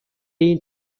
این